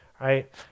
right